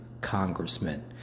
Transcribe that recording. congressman